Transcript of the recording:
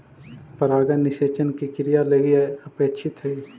परागण निषेचन के क्रिया लगी अपेक्षित हइ